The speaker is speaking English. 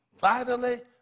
vitally